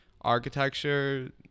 architecture